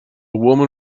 woman